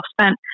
spent